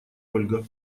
ольга